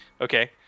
okay